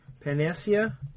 Panacea